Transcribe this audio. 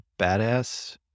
badass